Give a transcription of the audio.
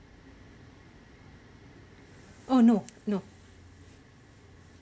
oh no no